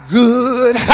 good